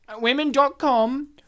Women.com